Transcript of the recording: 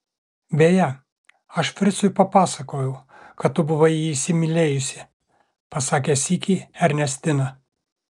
beje aš fricui papasakojau kad tu buvai jį įsimylėjusi pasakė sykį ernestina